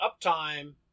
uptime